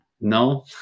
No